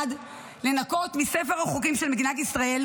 1. לנקות את ספר החוקים של מדינת ישראל